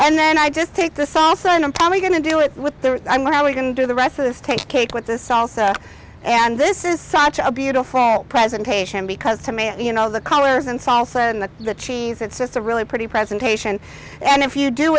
and then i just take the salsa and i'm probably going to do it with the how we can do the rest of this take the cake with this also and this is such a beautiful presentation because to me you know the colors and salsa and the cheese it's just a really pretty presentation and if you do